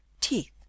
teeth